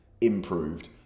improved